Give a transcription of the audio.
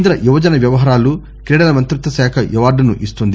కేంద్ర యువజన వ్యవహారాలు క్రీడల మంత్రిత్వశాఖ ఈ అవార్గును ఇస్తుంది